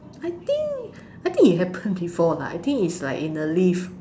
I think I think it happened before lah I think it's like in a lift